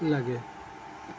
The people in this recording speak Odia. ଲାଗେ